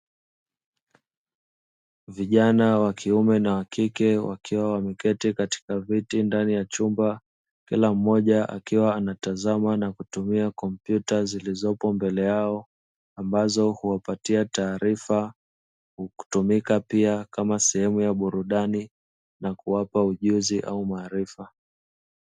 Vijana wa kiume na wa kike wakiwa wameketi katika viti ndani ya chumba, kila mmoja akiwa akitizama na kutumia kompyuta zilizopo mbele yao, ambazo huwapatia taarifa, hutumika pia kama sehemu ya burudani na kuwapa ujuzi au maarifa.